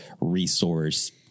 resource